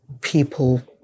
people